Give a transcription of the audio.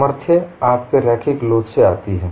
सामर्थ्य आपके रैखिक लोच से आती है